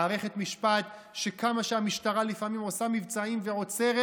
מערכת משפט שכמה שהמשטרה לפעמים עושה מבצעים ועוצרת,